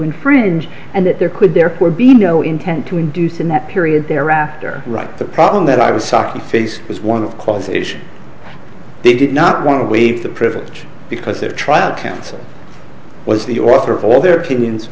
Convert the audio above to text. infringe and that there could therefore be no intent to induce in that period thereafter right the problem that i was saki face was one of causation they did not want to waive the privilege because their trial cancer was the author of all their opinions